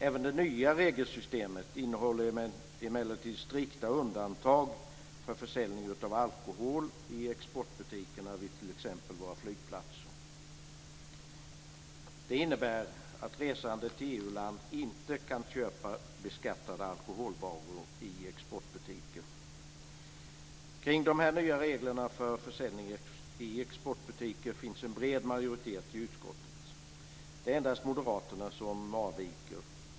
Även det nya regelsystemet innehåller emellertid strikta undantag för försäljning av alkohol i exportbutikerna vid t.ex. våra flygplatser. Det innebär att resande till EU-land inte kan köpa beskattade alkoholvaror i exportbutiker. För de nya reglerna för försäljning i exportbutiker finns en bred majoritet i utskottet. Det är endast moderaterna som avviker.